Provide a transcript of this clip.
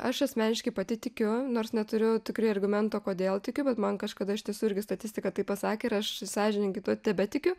aš asmeniškai pati tikiu nors neturiu tikrai argumento kodėl tikiu bet man kažkada iš tiesų irgi statistika taip pasakė ir aš sąžiningai tuo tebetikiu